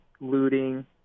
looting